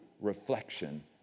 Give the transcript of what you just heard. reflection